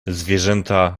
zwierzęta